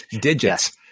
digits